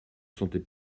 sentait